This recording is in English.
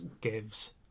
gives